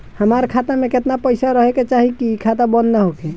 हमार खाता मे केतना पैसा रहे के चाहीं की खाता बंद ना होखे?